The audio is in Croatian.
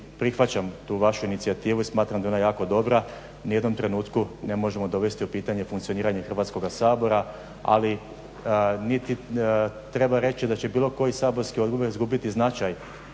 prihvaćam tu vašu inicijativu i smatram da je ona jako dobra. Ni u jednom trenutku ne možemo dovesti u pitanje funkcioniranje Hrvatskoga sabora. Treba reći da će bilo koji saborski odbor izgubiti značaj